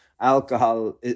Alcohol